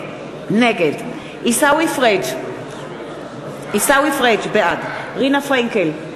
נגד עיסאווי פריג' בעד רינה פרנקל,